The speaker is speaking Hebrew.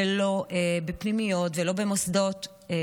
ולא בפנימיות, ולא במוסדות.